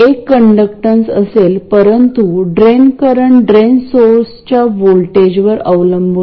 हे गेट आहे हा ड्रेन आहे हा सोर्स आहे आणि RL तेथे असणे आवश्यक आहे